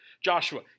Joshua